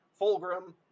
Fulgrim